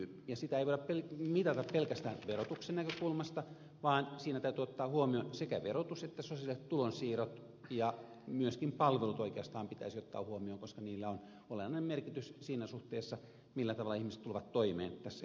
sitä ei voida mitata pelkästään verotuksen näkökulmasta vaan siinä täytyy ottaa huomioon sekä verotus että sosiaaliset tulonsiirrot ja myöskin palvelut oikeastaan pitäisi ottaa huomioon koska niillä on olennainen merkitys siinä suhteessa millä tavalla ihmiset tulevat toimeen tässä yhteiskunnassa